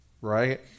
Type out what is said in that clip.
right